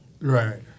right